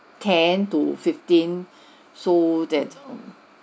ten to fifteen so that mm